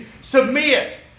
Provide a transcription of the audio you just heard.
submit